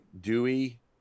Dewey